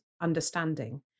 understanding